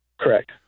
Correct